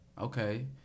Okay